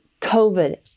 COVID